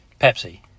Pepsi